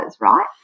right